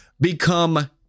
become